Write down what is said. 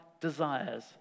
desires